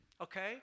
okay